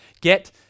Get